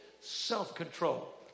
self-control